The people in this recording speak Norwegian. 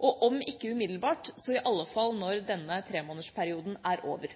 og om ikke umiddelbart, så i alle fall når denne tremånedersperioden er over.